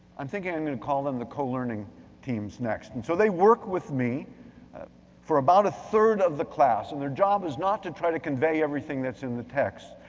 i'm thinking i'm gonna call them the co-learning teams next. and so they work with me for about a third of the class, and their job is not to try to convey everything that's in the text,